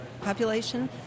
population